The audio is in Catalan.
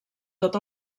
tot